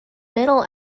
middle